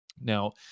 Now